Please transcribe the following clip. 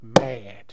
mad